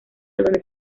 dónde